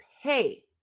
hey